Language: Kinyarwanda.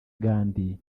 gandhi